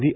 V